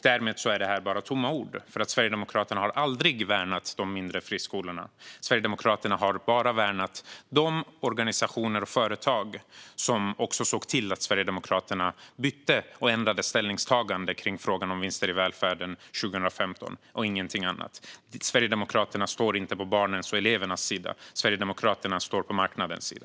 Därmed är det här bara tomma ord, för Sverigedemokraterna har aldrig värnat de mindre friskolorna. Sverigedemokraterna har bara värnat de organisationer och företag som också såg till att Sverigedemokraterna bytte fot och ändrade ställningstagande i frågan om vinster i välfärden 2015, ingenting annat. Sverigedemokraterna står inte på barnens och elevernas sida. Sverigedemokraterna står på marknadens sida.